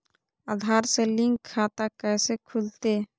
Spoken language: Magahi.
आधार से लिंक खाता कैसे खुलते?